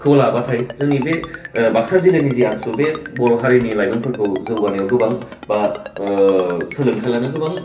लाब्लाथाय जोंनि बे ओ बाक्सा जिल्लानि जे आसु बे बर' हारिनि लाइमोनफोरखौ जौगानायाव गोबां बा ओ सोलोंथाइ लानो गोबां